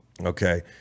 Okay